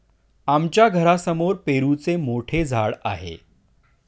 आमच्या घरासमोर पेरूचे मोठे झाड आहे